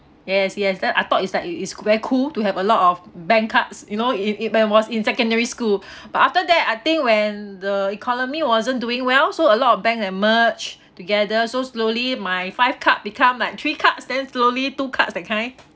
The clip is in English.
yes yes then I thought it's like it's it's very cool to have a lot of bank cards you know it it when I was in secondary school but after that I think when the economy wasn't doing well so a lot of bank they merge together so slowly my five card become like three cards then slowly two cards that kind